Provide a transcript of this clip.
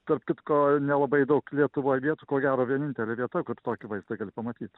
tarp kitko nelabai daug lietuvoj vietų ko gero vienintelė vieta kur tokį vaizdą gali pamatyt